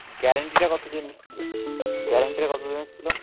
গ্যারেন্টিটা কতো দিন দিচ্ছিলো গ্যারেন্টিটা কতো দিনের ছিলো